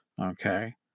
Okay